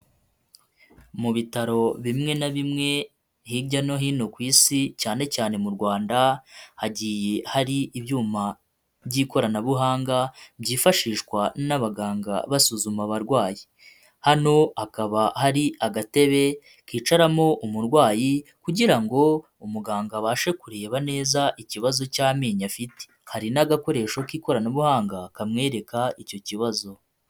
Mu bitaro bimwe na bimwe hirya no hino ku Isi, cyane cyane mu Rwanda, hagiye hari ibyuma by'ikoranabuhanga byifashishwa n'abaganga basuzuma abarwayi, hano hakaba hari agatebe kicaramo umurwayi, kugira ngo umuganga abashe kureba neza ikibazo cy'amenyo afite, hari n'agakoresho k'ikoranabuhanga kamwereka icyo kibazo.